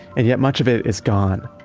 and yet much of it is gone.